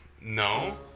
no